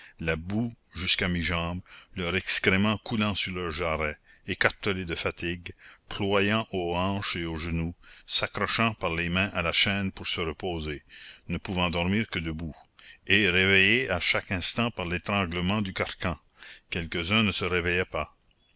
la boue jusqu'à mi-jambe leurs excréments coulant sur leurs jarrets écartelés de fatigue ployant aux hanches et aux genoux s'accrochant par les mains à la chaîne pour se reposer ne pouvant dormir que debout et réveillés à chaque instant par l'étranglement du carcan quelques-uns ne se réveillaient pas